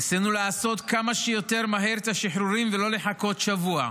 ניסינו לעשות כמה שיותר מהר את השחרורים ולא לחכות שבוע,